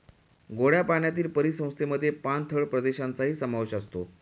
गोड्या पाण्यातील परिसंस्थेमध्ये पाणथळ प्रदेशांचाही समावेश असतो